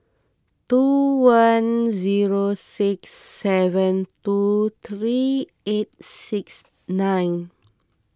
two one zero six seven two three eight six nine